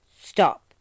Stop